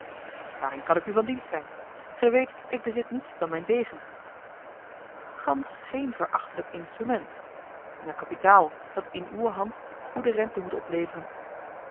waarin kan ik u van dienst zijn gij weet ik bezit niets dan mijn degen gansch geen verachtelijk instrument en een kapitaal dat in uwe hand goede rente moet opleveren